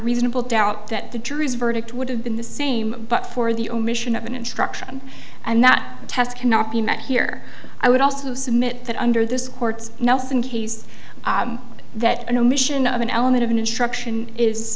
reasonable doubt that the jury's verdict would have been the same but for the omission of an instruction and that test cannot be met here i would also submit that under this court's nelsen case that an omission of an element of an instruction is